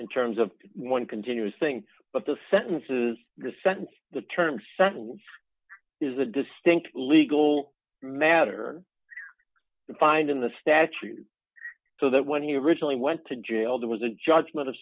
in terms of one continuous thing but the sentences the sentence the term sentence is a distinct legal matter defined in the statute so that when he originally went to jail there was a judgment of